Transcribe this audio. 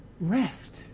rest